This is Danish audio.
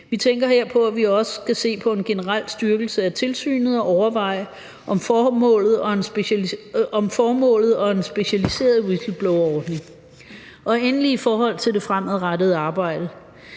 Vi tænker her på, at vi også skal se på en generel styrkelse af tilsynet og overveje formålet og en specialiseret whistleblowerordning. Endelig vil jeg sige noget om det fremadrettede arbejde.